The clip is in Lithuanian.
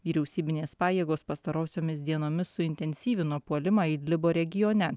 vyriausybinės pajėgos pastarosiomis dienomis suintensyvino puolimą idlibo regione